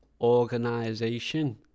organization